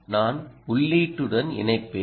நான் உள்ளீட்டுடன் இணைப்பேன்